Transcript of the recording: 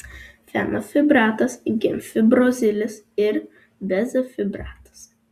fenofibratas gemfibrozilis ir bezafibratas